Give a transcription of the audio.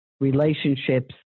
relationships